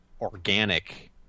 organic